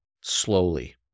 slowly